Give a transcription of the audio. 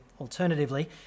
alternatively